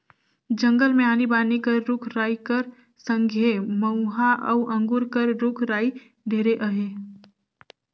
जंगल मे आनी बानी कर रूख राई कर संघे मउहा अउ अंगुर कर रूख राई ढेरे अहे